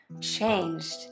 changed